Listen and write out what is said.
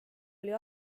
oli